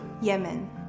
Yemen